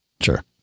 Sure